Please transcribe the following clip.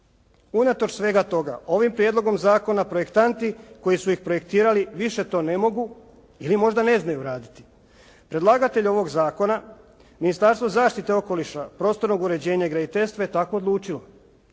Unatoč svega toga ovim prijedlogom zakona projektanti koji su ih projektirali, više to ne mogu ili možda ne znaju raditi. Predlagatelj ovog zakona Ministarstvo zaštite okoliša, prostornog uređenja i graditeljstva je tako odlučilo.